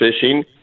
Fishing